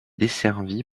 desservie